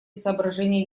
соображения